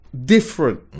different